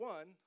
One